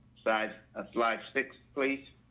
size a slide six, please.